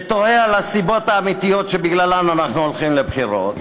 ותוהה על הסיבות האמיתיות שבגללן אנחנו הולכים לבחירות,